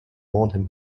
moreton